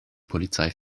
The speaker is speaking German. polizei